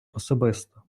особисто